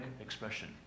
expression